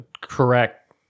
correct